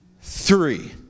Three